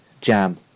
jam